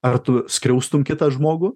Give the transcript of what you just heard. ar tu skriaustum kitą žmogų